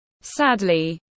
Sadly